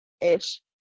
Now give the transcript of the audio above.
ish